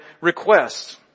requests